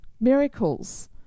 miracles